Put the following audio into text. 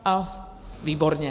A výborně.